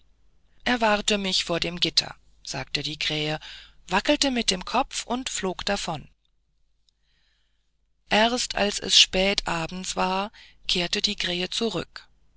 erwarte mich dort am gitter sagte die krähe wackelte mit dem kopf und flog davon erst als es spät abend war kehrte die krähe zurück